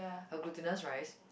her glutinous rice